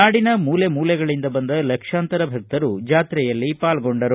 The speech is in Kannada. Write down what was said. ನಾಡಿನ ಮೂಲೆ ಮೂಲೆಗಳಿಂದ ಬಂದ ಲಕ್ಷಾಂತರ ಭಕ್ತರು ಜಾತ್ರೆಯಲ್ಲಿ ಪಾಲ್ಗೊಂಡರು